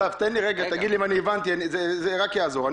אסף, תגיד לי אם הבנתי, זה רק יעזור.